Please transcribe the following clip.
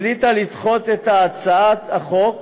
לדחות את הצעת החוק.